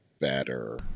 better